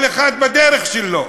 כל אחד בדרך שלו,